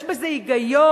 יש בזה היגיון?